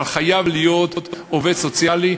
אבל חייב להיות עובד סוציאלי,